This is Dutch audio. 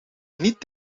niet